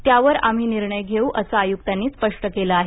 त्यावर आम्ही निर्णय घेऊ असं आयुक्तांनी स्पष्ट केलं आहे